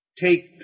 take